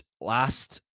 last